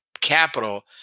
capital